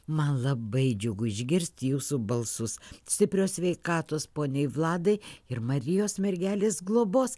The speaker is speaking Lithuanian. man labai džiugu išgirsti jūsų balsus stiprios sveikatos poniai vladai ir marijos mergelės globos